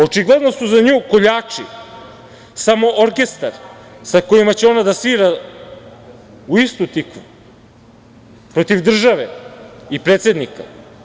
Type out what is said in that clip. Očigledno su za nju koljači samo orkestar sa kojima će ona da svira u istu tikvu protiv države i predsednika.